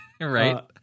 Right